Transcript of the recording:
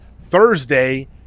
Thursday